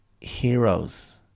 heroes